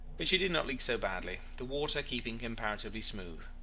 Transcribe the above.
but she did not leak so badly, the water keeping comparatively smooth.